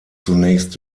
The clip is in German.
zunächst